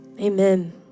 amen